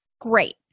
great